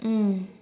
mm